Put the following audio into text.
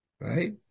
right